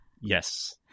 Yes